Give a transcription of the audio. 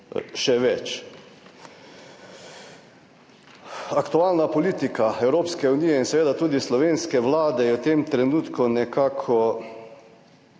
še več. Aktualna politika Evropske unije in seveda tudi slovenske Vlade je v tem trenutku nekako